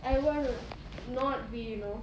everyone would not be you know